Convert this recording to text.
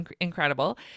incredible